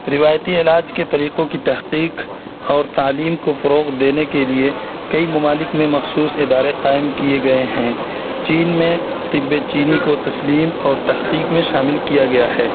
روایتی علاج کے طریقوں کی تحقیق اور تعلیم کو فروغ دینے کے لیے کئی ممالک میں مخصوص ادارے قائم کیے گئے ہیں چین میں طب چینی کو تسلیم اور تحقیق میں شامل کیا گیا ہے